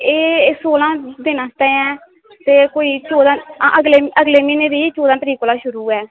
एह् सोलां दिन आस्तै ते चोदां ते कोई अगले म्हीनै दी चौदां तरीक कोला शुरू ऐ